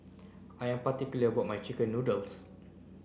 I am particular about my chicken noodles